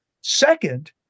Second